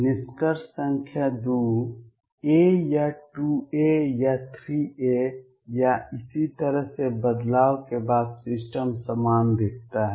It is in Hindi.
निष्कर्ष संख्या 2 a या 2 a या 3 a या इसी तरह से बदलाव के बाद सिस्टम समान दिखता है